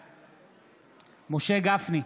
בעד משה גפני,